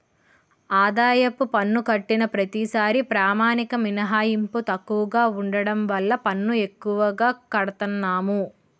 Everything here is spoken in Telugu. ఆదాయపు పన్ను కట్టిన ప్రతిసారీ ప్రామాణిక మినహాయింపు తక్కువగా ఉండడం వల్ల పన్ను ఎక్కువగా కడతన్నాము